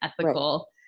ethical